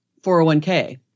401k